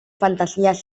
fantasías